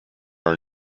are